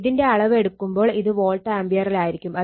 ഇതിന്റെ അളവ് എടുക്കുമ്പോൾ ഇത് വോൾട്ട് ആംപിയറിലായിരിക്കും